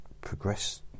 progress